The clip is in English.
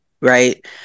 Right